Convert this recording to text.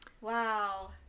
Wow